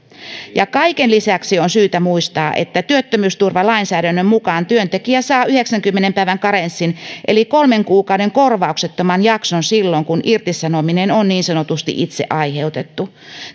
kaiken lisäksi on syytä muistaa että työttömyysturvalainsäädännön mukaan työntekijä saa yhdeksänkymmenen päivän karenssin eli kolmen kuukauden korvauksettoman jakson silloin kun irtisanominen on niin sanotusti itse aiheutettu